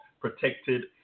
protected